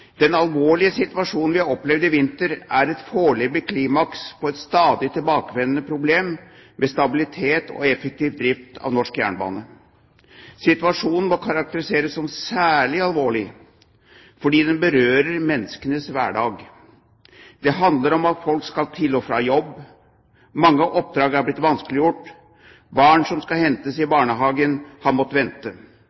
Den alvorlige situasjonen vi har opplevd i vinter, er et foreløpig klimaks på et stadig tilbakevendende problem med stabilitet og effektiv drift av norsk jernbane. Situasjonen må karakteriseres som særlig alvorlig fordi den berører menneskenes hverdag. Det handler om at folk skal til og fra jobb, mange oppdrag er blitt vanskeliggjort, barn som skal hentes i